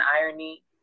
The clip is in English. irony